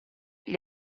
gli